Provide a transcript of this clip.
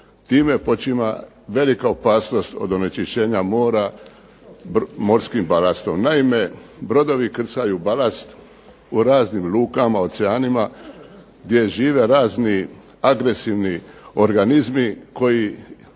time počima velika opasnost od onečišćenja mora morskim balastom. Naime, brodovi krcaju balast u raznim lukama, oceanima gdje žive razni agresivni organizmi koji